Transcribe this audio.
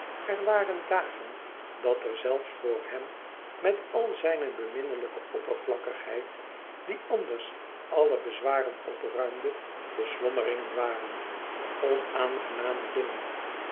er waren dagen dat er zelfs voor hem met al zijne beminnelijke oppervlakkigheid die anders alle bezwaren opruimde beslommeringen waren onaangename dingen